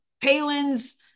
Palin's